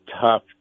tough